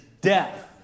death